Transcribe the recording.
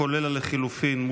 כולל לחלופין,